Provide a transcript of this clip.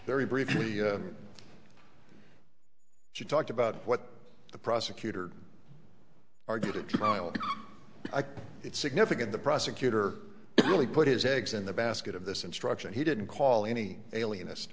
very briefly she talked about what the prosecutor argue the trial i think it's significant the prosecutor really put his eggs in the basket of this instruction he didn't call any alien